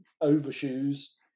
overshoes